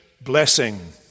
blessing